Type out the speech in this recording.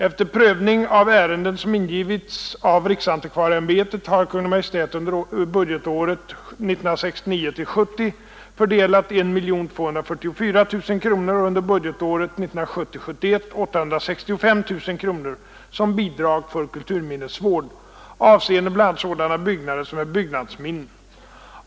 Efter prövning av ärenden som ingivits av riksantikvarieämbetet har Kungl. Maj:t under budgetåret 1969 71 865 000 kronor som bidrag för kulturminnesvård, avseende bl.a. sådana byggnader som är byggnadsminnen.